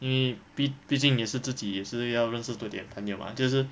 因为毕毕竟也是自己也是要认识多一点朋友嘛就是